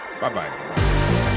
Bye-bye